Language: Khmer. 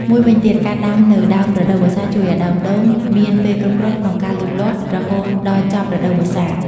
មួយវិញទៀត ការដាំនៅដើមរដូវវស្សាជួយឲ្យដើមដូងមានពេលគ្រប់គ្រាន់ក្នុងការលូតលាស់រហូតដល់ចប់រដូវវស្សា។